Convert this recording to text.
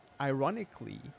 ironically